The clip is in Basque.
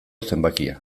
zenbakia